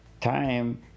time